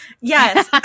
Yes